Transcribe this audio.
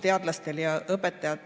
teadlaste ja õpetajate